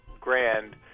Grand